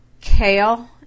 kale